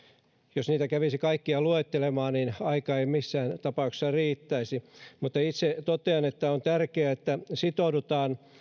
jos niitä kävisi kaikkia luettelemaan niin aika ei missään tapauksessa riittäisi mutta itse totean että on tärkeää että sitoudutaan